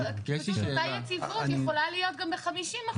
לא, פשוט אותה יציבות יכולה להיות גם ב-50%.